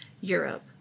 Europe